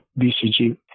BCG